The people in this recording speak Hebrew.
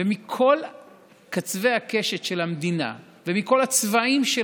ומכל קצווי הקשת של המדינה ומכל הצבעים של